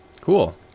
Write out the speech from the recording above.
Cool